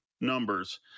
numbers